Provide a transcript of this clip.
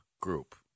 group